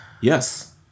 Yes